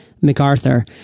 macarthur